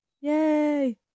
Yay